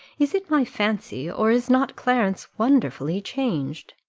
is it my fancy, or is not clarence wonderfully changed?